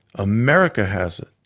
america has it.